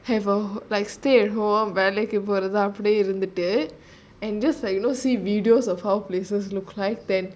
have a like stay at home வேளைக்குபோறதுஅப்டியேஇருந்துட்டு:velaiku porathu apdie irunthutu and just like you know see videos of how places look like than